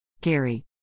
Gary